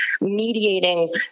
mediating